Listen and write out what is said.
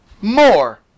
more